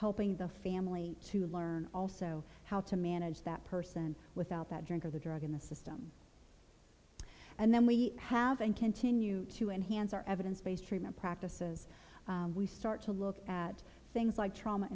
helping the family to learn also how to manage that person without that drug or the drug in the system and then we have and continue to enhance our evidence based treatment practices we start to look at things like trauma